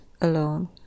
alone